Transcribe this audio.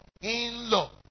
in-law